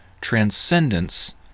transcendence